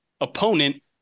opponent